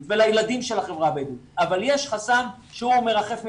ולילדים של החברה הבדואית אבל יש חסם שהוא מרחף מלמעלה.